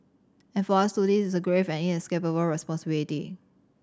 and for us too this is a grave and inescapable responsibility